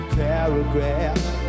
paragraphs